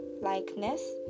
likeness